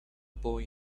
boy